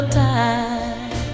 time